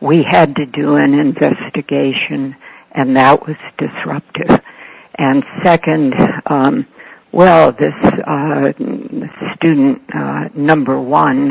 we had to do an investigation and that was disruptive and nd well this student number one